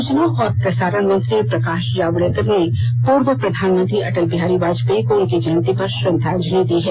सूचना और प्रसारण मंत्री प्रकाश जावड़ेकर ने पूर्व प्रधानमंत्री अटल बिहारी वाजपेयी को उनकी जयंती पर श्रद्वांजलि दी है